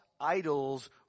Idols